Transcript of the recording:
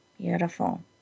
Beautiful